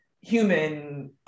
human